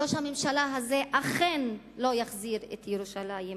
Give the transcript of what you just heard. ראש הממשלה הזה אכן לא יחזיר את ירושלים,